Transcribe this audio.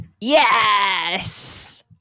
yes